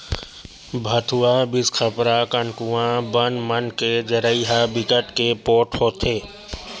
भथुवा, बिसखपरा, कनकुआ बन मन के जरई ह बिकट के पोठ होथे